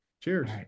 Cheers